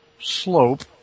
slope